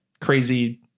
crazy